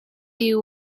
you